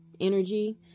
energy